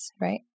right